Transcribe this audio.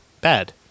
Bad